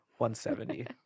170